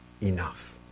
enough